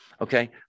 okay